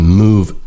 move